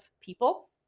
people